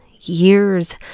years